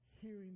Hearing